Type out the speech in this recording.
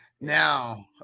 Now